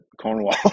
Cornwall